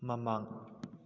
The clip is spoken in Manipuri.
ꯃꯃꯥꯡ